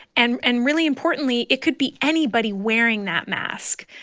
and and really importantly, it could be anybody wearing that mask.